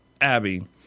Abby